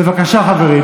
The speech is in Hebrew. בבקשה, חברים.